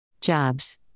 jobs